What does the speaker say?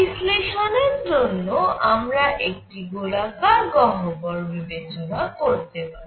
বিশ্লেষণের জন্য আমরা একটি গোলাকার গহ্বর বিবেচনা করতে পারি